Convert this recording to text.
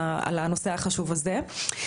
על הנושא החשוב הזה.